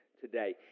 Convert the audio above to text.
today